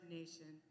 nation